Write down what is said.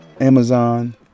Amazon